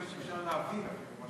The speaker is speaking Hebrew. בקושי אפשר להבין מה שאתה אומר.